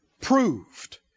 Proved